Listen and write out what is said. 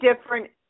different